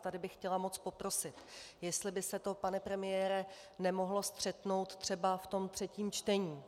Tady bych chtěla moc poprosit, jestli by se to, pane premiére, nemohlo střetnout třeba ve třetím čtení.